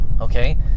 okay